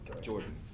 Jordan